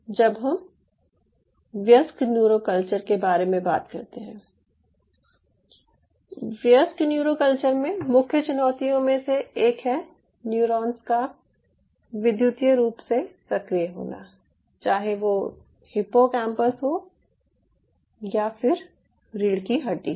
जब हम वयस्क न्यूरोनल कल्चर के बारे में बात करते हैं वयस्क न्यूरोनल कल्चर में मुख्य चुनौतियों में से एक है न्यूरॉन्स का विद्युतीय रूप से सक्रिय होना चाहे वो हिप्पोकैम्पस हो या फिर रीढ़ की हड्डी हो